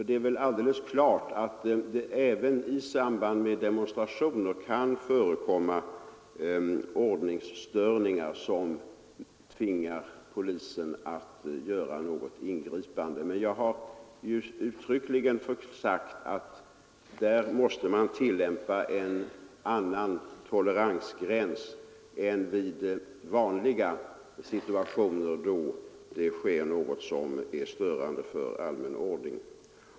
Det är väl alldeles klart att det även i samband med demonstrationer kan förekomma ordningsstörningar som tvingar polisen att göra något ingripande. Men jag har uttryckligen sagt att man därvid måste tillämpa en annan toleransgräns än i vanliga situationer då det sker något som är störande för allmän ordning.